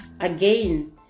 again